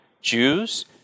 Jews